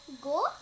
go